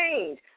change